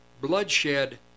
bloodshed